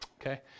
Okay